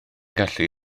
gallu